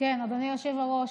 אדוני יושב-הראש,